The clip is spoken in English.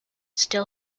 still